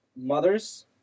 mothers